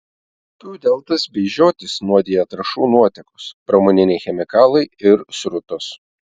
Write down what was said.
upių deltas bei žiotis nuodija trąšų nuotėkos pramoniniai chemikalai ir srutos